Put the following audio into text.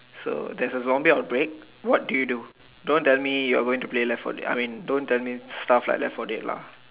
so there's a zombie outbreak what do you do don't tell me you're going to play left for dead I mean don't tell me stuff like left for dead lah